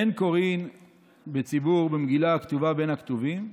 אין קוראין בציבור, במגילה הכתובה בין הכתובים,